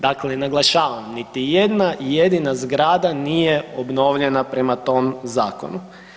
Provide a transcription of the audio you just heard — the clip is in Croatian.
Dakle naglašavam, niti jedna jedina zgrada nije obnovljena prema tom zakonu.